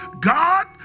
God